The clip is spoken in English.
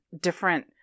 different